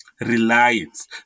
reliance